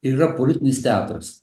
ir yra politinis teatras